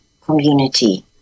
community